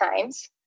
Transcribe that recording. times